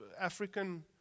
african